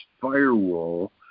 firewall